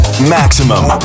Maximum